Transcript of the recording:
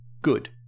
Good